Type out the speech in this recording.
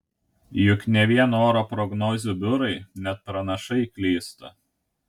juk ne vien oro prognozių biurai net pranašai klysta